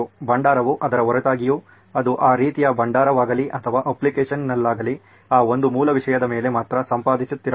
ಭಂಡಾರವು ಅದರ ಹೊರತಾಗಿಯೂ ಅದು ಆ ರೀತಿಯ ಭಂಡಾರವಾಗಲಿ ಅಥವಾ ಅಪ್ಲಿಕೇಶನ್ನಲ್ಲಾಗಲಿ ಆ ಒಂದು ಮೂಲ ವಿಷಯದ ಮೇಲೆ ಮಾತ್ರ ಸಂಪಾದಿಸುತ್ತಿರಬೇಕು